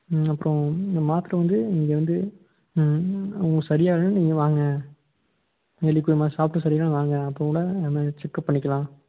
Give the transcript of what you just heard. அப்புறோம் இந்த மாத்தரை வந்து இங்கே வந்து உங்களுக்கு சரியாக இல்லைன்னா நீங்கள் வாங்க வெளியே போய் சாப்பிட்டு சரியில்லன்னா வாங்க அப்புறோம் கூட நம்ம செக்அப் பண்ணிக்கலாம்